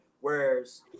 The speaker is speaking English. Whereas